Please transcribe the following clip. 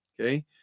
Okay